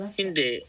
hindi